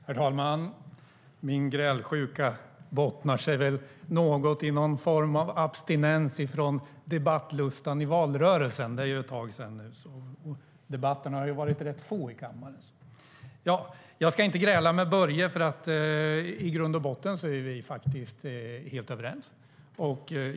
Herr talman! Min grälsjuka bottnar väl i någon form av abstinens från debatterna i valrörelsen. Det är ju ett tag sedan, och debatterna i kammaren har varit rätt få. Jag ska inte gräla med Börje, för i grund och botten är vi helt överens.